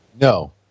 No